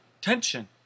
tension